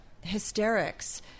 hysterics